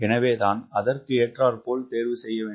எனவே தான் அதற்குஏற்றார் போல் தேற்வு செய்ய வேண்டும்